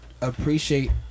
appreciate